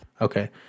okay